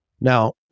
Now